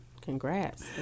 Congrats